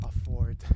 afford